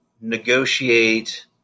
negotiate